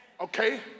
Okay